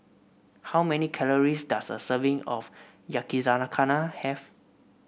how many calories does a serving of Yakizakana have